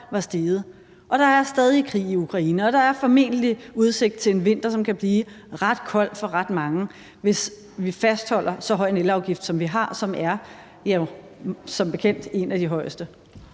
var steget. Der er stadig krig i Ukraine, og der er formentlig udsigt til en vinter, som kan blive ret kold for ret mange, hvis vi fastholder så høj en elafgift, som vi har, og som bekendt er en af de højeste.